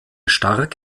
stark